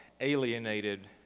alienated